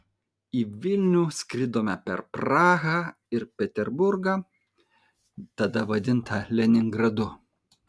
į vilnių skridome per prahą ir peterburgą tada vadintą leningradu